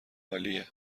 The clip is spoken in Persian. عالیه